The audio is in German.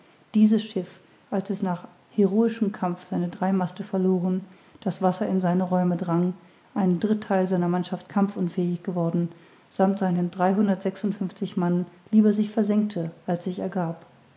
dieses schiff als es nach heroischem kampf seine drei maste verloren das wasser in seine räume drang ein drittheil seiner mannschaft kampfunfähig geworden sammt seinen dreihundertsechsundfünfzig mann lieber sich versenkte als sich ergab